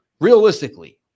realistically